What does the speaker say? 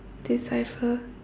decipher